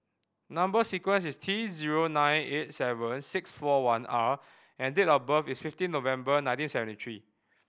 number sequence is T zero nine eight seven six four one R and date of birth is fifteen November nineteen seventy three